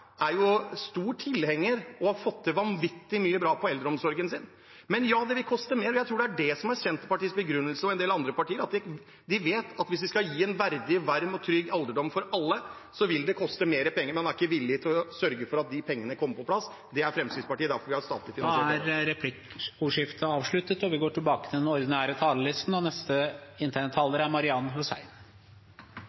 fått til vanvittig mye bra på eldreomsorgen. Men det vil koste mer. Jeg tror det er det som er Senterpartiet og en del av de partiers begrunnelse. De vet at hvis vi skal gi en verdig, varm og trygg alderdom for alle, vil det koste mer penger, men en er ikke villig til å sørge for at de pengene kommer på plass. Det er Fremskrittspartiet. Derfor vil vi ha statlig finansiert eldreomsorg. Replikkordskiftet er avsluttet. I dag behandler vi et budsjett framlagt av Solberg-regjeringen, med modifikasjoner av Arbeiderparti–Senterparti-regjeringen i tilleggsproposisjonen og